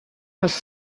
els